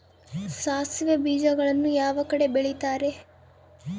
ಸಾಸಿವೆ ಬೇಜಗಳನ್ನ ಯಾವ ಕಡೆ ಬೆಳಿತಾರೆ?